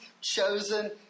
chosen